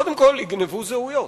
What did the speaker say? קודם כול, יגנבו זהויות.